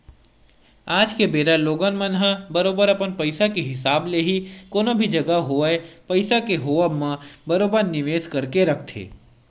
आज के बेरा लोगन मन ह बरोबर अपन पइसा के हिसाब ले ही कोनो भी जघा होवय पइसा के होवब म बरोबर निवेस करके रखथे